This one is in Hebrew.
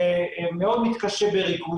מאוד מתקשה בריכוז,